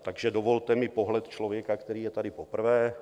Takže dovolte mi pohled člověka, který je tady poprvé.